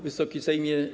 Wysoki Sejmie!